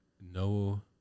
no